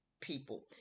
people